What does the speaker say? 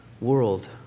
world